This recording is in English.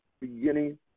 beginning